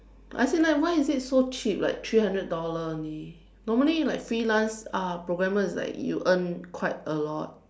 as in like why is it so cheap like three hundred dollars only normally like freelance uh programmers is like you earn quite a lot